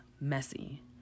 messy